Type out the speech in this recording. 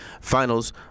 Finals